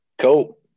Cool